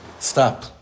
Stop